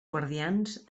guardians